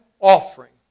offering